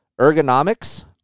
ergonomics